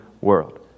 world